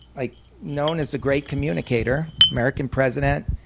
like known as a great communicator, american president.